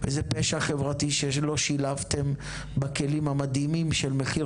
וזה פשע חברתי שלא שילבתם בכלים המדהימים של מחיר